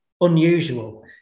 unusual